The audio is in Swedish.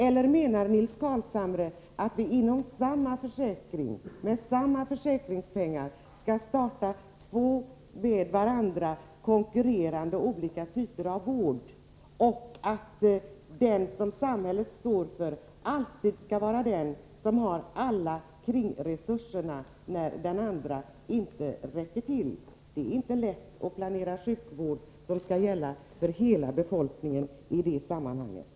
Eller menar Nils Carlshamre att inom samma försäkring, med samma försäkringspengar, skall vi starta två med varandra konkurrerande olika typer av vård, men att den som samhället står för alltid skall vara den som har alla kringresurserna när den andra inte räcker till? Det är inte lätt att planera sjukvård som skall gälla för hela befolkningen i det sammanhanget.